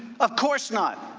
of course not.